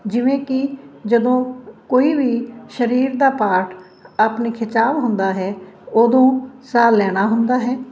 ਜਿਵੇਂ ਕਿ ਜਦੋਂ ਕੋਈ ਵੀ ਸਰੀਰ ਦਾ ਪਾਰਟ ਆਪਣੇ ਖਿਚਾਓ ਹੁੰਦਾ ਹੈ ਉਦੋਂ ਸਾਹ ਲੈਣਾ ਹੁੰਦਾ ਹੈ